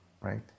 Right